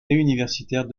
universitaire